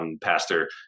Pastor